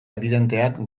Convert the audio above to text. ebidenteak